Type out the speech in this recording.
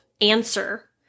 answer